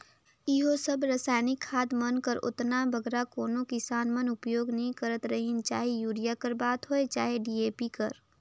इहों सब रसइनिक खाद मन कर ओतना बगरा कोनो किसान मन उपियोग नी करत रहिन चहे यूरिया कर बात होए चहे डी.ए.पी कर